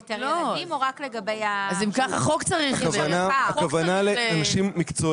יותר ילדים או רק לגבי ה --- הכוונה לאנשים מקצועיים,